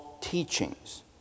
teachings